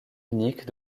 unique